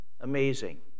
Amazing